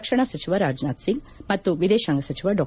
ರಕ್ಷಣಾ ಸಚಿವ ರಾಜನಾಥ್ ಸಿಂಗ್ ಮತ್ತು ವಿದೇಶಾಂಗ ಸಚಿವ ಡಾ